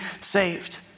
saved